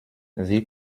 sie